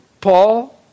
Paul